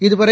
இதுவரை